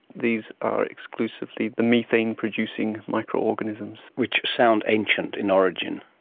these are exclusively the methane producing microorganisms. which sound ancient in origin.